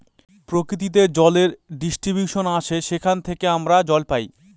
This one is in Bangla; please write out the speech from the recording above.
প্রকৃতিতে জলের ডিস্ট্রিবিউশন আসে যেখান থেকে আমরা জল পাই